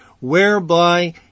whereby